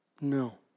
No